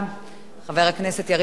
חבר הכנסת יריב לוין,